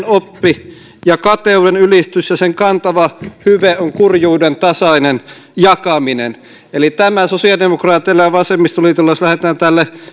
oppi ja kateuden ylistys ja sen kantava hyve on kurjuuden tasainen jakaminen eli tämä sosiaalidemokraateille ja vasemmistoliitolle jos lähdetään tälle